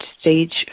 stage